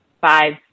five